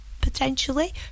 potentially